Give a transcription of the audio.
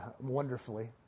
wonderfully